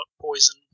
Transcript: poison